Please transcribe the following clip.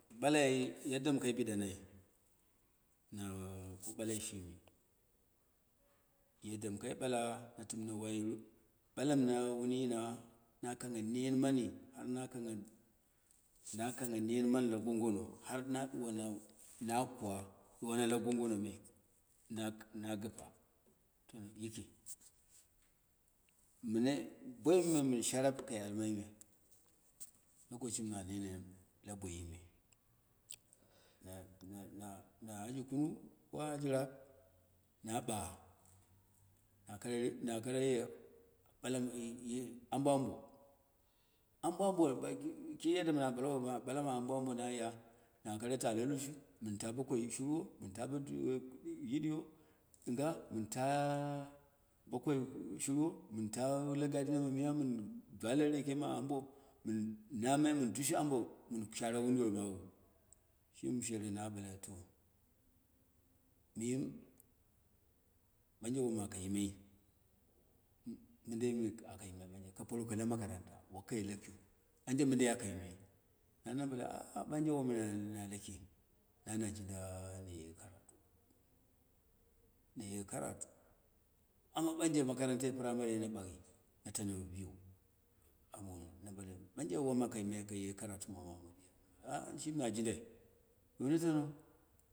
Mɨ bale yadda kai biɗanau, na wai kuko laki, yadda mi kai ɓala mi timne wai balmai kai yina na ganha neet mani, na kungha neet mani la gongono harma na kwo duwona la gongono, na gɨn na gɨna yiki, minai gwang yino min sharap bo kai almai me lokacime na nene la boiyime, na- na- na aji kanu, ko aji raab, k na kara na kare bala ma ambo ambo, ambo ambo bansi ki yadda mɨ noya na kara ta la lushu, mɨnta bo koi shirwo, minta boye yidiyo, daa mintu koi shirwo, mɨntama la gadina ma miya mɨn dwale reke ma ambo mɨn namai mɨn dushe ambo, shimi shereno a bule to, miyim, woma akayimai mi mɨndai mɨ akayimai, ka poroko la makaranta, banje mindai aka yimai nani na bala ale ah baji wonna laki nu na jinda naye, naye karatu, amma banje makarantai primary nu baghi na tano biu amana na bale banje woma aka timai kaye karatu ma mahamdiya ali shimi na sindai, duwa na tano